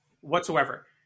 whatsoever